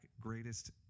greatest